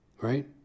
right